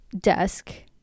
desk